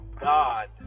God